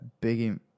big